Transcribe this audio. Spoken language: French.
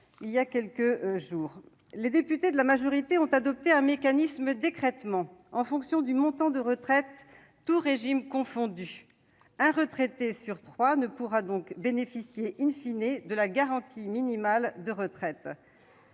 il y a dix jours. En effet, les députés de la majorité ont adopté un mécanisme d'écrêtement en fonction du montant de retraite tous régimes confondus. Un retraité sur trois ne pourra donc pas bénéficier de la garantie minimale de retraite.